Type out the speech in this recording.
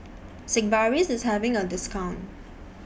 Sigvaris IS having A discount